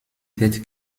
tête